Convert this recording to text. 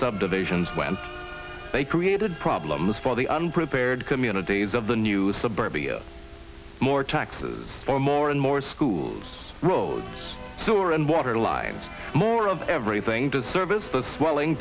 subdivisions when they created problems for the unprepared communities of the new suburbia more taxes for more and more schools roads sewer and water lines more of everything to service the swelling